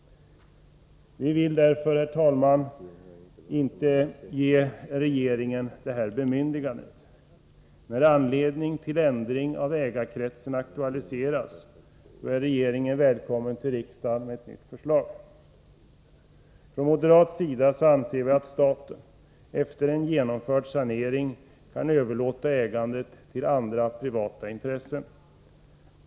Vi vill därför inte ge regeringen detta bemyndigande. När anledning till ändring av ägarkretsen aktualiseras, är regeringen välkommen till riksdagen med ett nytt förslag. Från moderat sida anser vi att staten efter genomförd sanering kan överlåta ägandet till andra privata intressen.